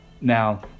now